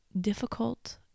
difficult